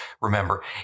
remember